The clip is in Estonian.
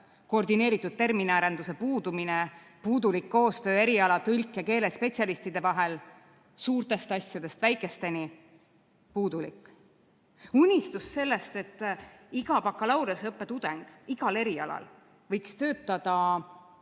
koordineeritud terminiarenduse puudumine, puudulik koostöö eriala- ja keelespetsialistide vahel – suurtest asjadest väikesteni puudulik. Unistus sellest, et iga bakalaureuseõppe tudeng igal erialal võiks töötada